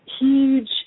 huge